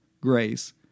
grace